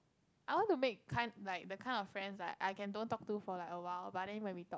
I want to make kind like the kind of friends like I can don't talk to for like awhile but then when we talk